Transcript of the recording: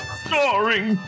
starring